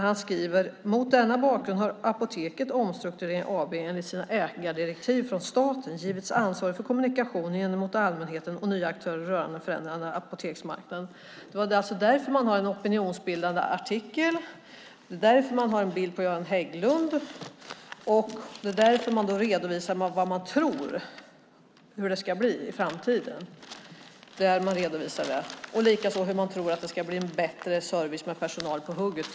Han skriver: "Mot denna bakgrund har Apoteket Omstrukturering AB enligt sina ägardirektiv från staten givits ansvaret för kommunikation gentemot allmänheten och nya aktörer rörande den förändrade apoteksmarknaden." Det är alltså därför man har en opinionsbildande artikel. Det är därför man har en bild på Göran Hägglund. Och det är därför man redovisar hur man tror att det ska bli i framtiden och likaså hur man tror att det ska bli bättre service, med personal på hugget.